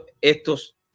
estos